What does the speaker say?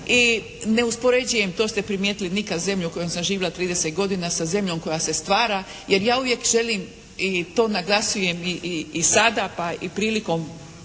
i ne uspoređujem to ste primijetili, nikad zemlju u kojoj sam živjela 30 godina sa zemljom koja se stvara. Jer ja uvijek želim i to naglasujem i sada pa i prilikom